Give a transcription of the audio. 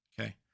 Okay